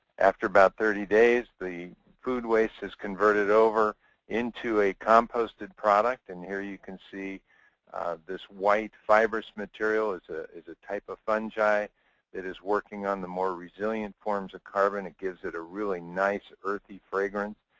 after about thirty days, the food waste is converted over into a composted product. and here you can see this white fibrous material is ah is a type of fungi that is working on the more resilient forms of carbon. it gives it a really nice, earthy fragrance.